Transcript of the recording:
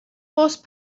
horse